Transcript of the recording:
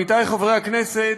עמיתיי חברי הכנסת,